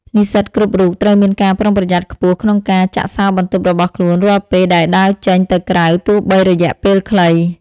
និស្សិតគ្រប់រូបត្រូវមានការប្រុងប្រយ័ត្នខ្ពស់ក្នុងការចាក់សោរបន្ទប់របស់ខ្លួនរាល់ពេលដែលដើរចេញទៅក្រៅទោះបីរយៈពេលខ្លី។